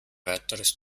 weiteres